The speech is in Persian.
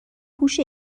هوش